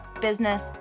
business